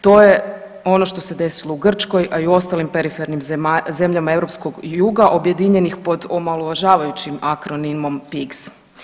To je ono što se desilo u Grčkoj, a i u ostalim perifernim zemljama europskog juga objedinjenih pod omalovažavajućim akronimom pics.